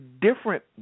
different